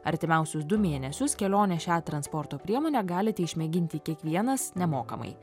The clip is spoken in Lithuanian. artimiausius du mėnesius kelionę šia transporto priemone galite išmėginti kiekvienas nemokamai